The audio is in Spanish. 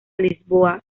lisboa